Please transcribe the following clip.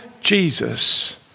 Jesus